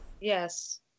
Yes